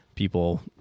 people